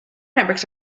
networks